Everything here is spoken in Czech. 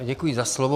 Děkuji za slovo.